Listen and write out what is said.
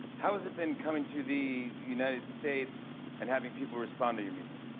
how has it been coming to the united states and having people respond to your music?